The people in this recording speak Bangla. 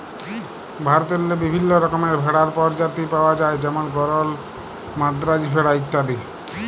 ভারতেল্লে বিভিল্ল্য রকমের ভেড়ার পরজাতি পাউয়া যায় যেমল গরল, মাদ্রাজি ভেড়া ইত্যাদি